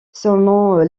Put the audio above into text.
selon